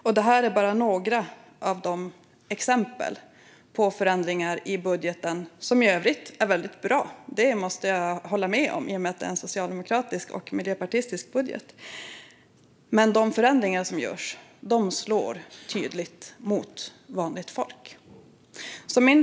Och det är bara några exempel på förändringarna i budgeten, som i övrigt är väldigt bra. Det måste jag hålla med om; det är ju en socialdemokratisk och miljöpartistisk budget. Men de förändringar som görs slår tydligt mot vanligt folk. Fru talman!